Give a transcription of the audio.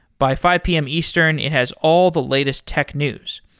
by five pm eastern, it has all the latest tech news,